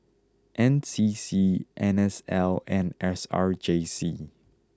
N C C N S L and S R J C